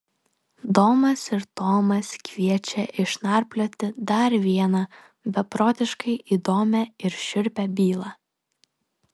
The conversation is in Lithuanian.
domas ir tomas kviečia išnarplioti dar vieną beprotiškai įdomią ir šiurpią bylą